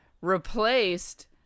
replaced